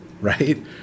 right